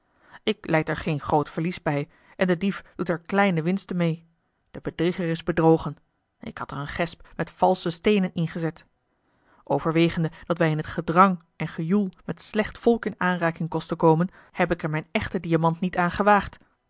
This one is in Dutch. ik lijd er geen groot verlies bij en de dief doet er kleine winste meê de bedrieger is bedrogen ik had er een gesp met valsche steenen ingezet overwegende dat wij in t gedrang en gejoel met slecht volk in aanraking konden komen heb ik er mijn echten diamant niet aan gewaagd